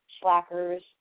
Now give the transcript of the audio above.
slackers